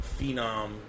phenom